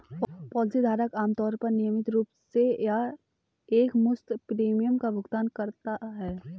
policy धारक आमतौर पर नियमित रूप से या एकमुश्त प्रीमियम का भुगतान करता है